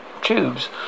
tubes